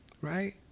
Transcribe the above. right